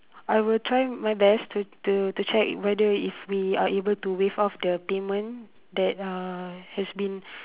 I will try my best to to to check whether if we are able to waive off the payment that uh has been